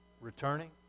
returning